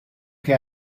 che